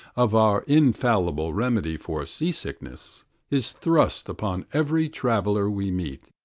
of our infallible remedy for seasickness is thrust upon every traveller we meet,